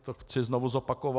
To chci znovu zopakovat.